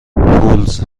هولز